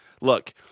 Look